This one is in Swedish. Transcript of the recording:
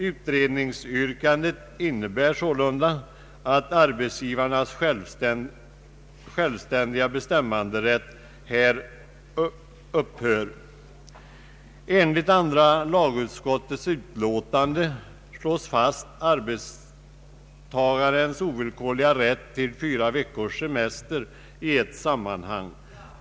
Utredningsyrkandet innebär sålunda att arbetsgivarnas självständiga bestämmanderätt skulle upphöra. I andra lagutskottets utlåtande fastslås arbetstagarens ovillkorliga rätt till fyra veckors semester i ett sammanhang.